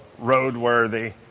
Roadworthy